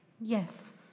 Yes